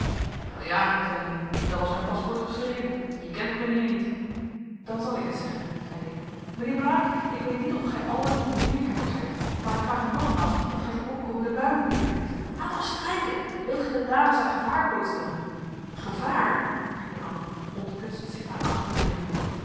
wel ja zeide hij dan was mijn paspoort geschreven je kent meneer niet dan zal ik het zeggen zeide ik mijnheer blaek ik weet niet of gij al dan niet een weerkenner zijt maar ik vraag u nogmaals of gij die opkomende bui niet bemerkt laat toch strijken wilt gij de dames aan gevaar blootstellen gevaar riepen allen onthutst zich naar achteren dringende